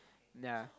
ya